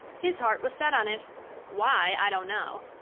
his heart was set on it why, i don't know.